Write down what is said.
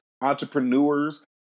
entrepreneurs